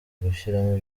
gushyiramo